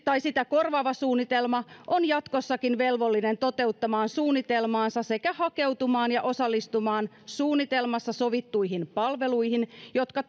tai sitä korvaava suunnitelma on jatkossakin velvollinen toteuttamaan suunnitelmaansa sekä hakeutumaan ja osallistumaan suunnitelmassa sovittuihin palveluihin jotka